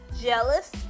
Jealous